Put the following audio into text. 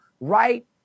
right